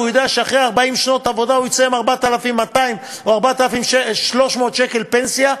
והוא יודע שאחרי 40 שנות עבודה הוא יצא עם 4,200 או 4,300 שקל פנסיה,